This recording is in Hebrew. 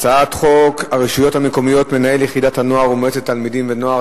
הצעת חוק הרשויות המקומיות (מנהל יחידת הנוער ומועצת תלמידים ונוער),